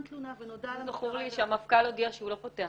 תלונה -- זכור לי שהמפכ"ל הודיע שהוא לא פותח,